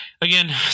again